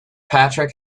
patrick